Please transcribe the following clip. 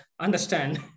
understand